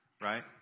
right